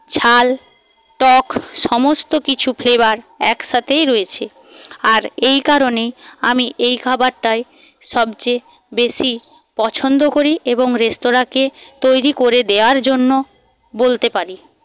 ঝাল টক সমস্ত কিছু ফ্লেবার একসঙ্গেই রয়েছে আর এই কারণেই আমি এই খাবারটাই সবচেয়ে বেশী পছন্দ করি এবং রেস্তোরাঁকে তৈরি করে দেওয়ার জন্য বলতে পারি